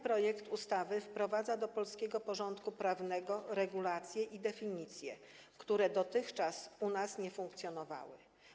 Projekt ustawy wprowadza do polskiego porządku prawnego regulacje i definicje, które dotąd nie funkcjonowały.